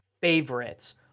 favorites